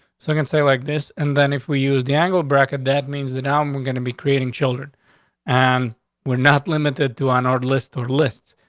so i'm gonna say like this. and then if we use the angle bracket, that means that now and we're going to be creating children and we're not limited to an order list or lists,